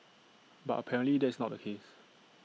but apparently that is not the case